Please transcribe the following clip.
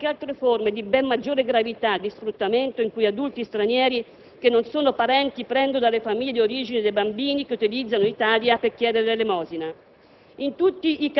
Si sono aggiunte anche altre forme, di ben maggiore gravità, di sfruttamento, in cui adulti stranieri che non sono parenti prendono dalle famiglie di origine dei bambini che utilizzano in Italia per chiedere l'elemosina.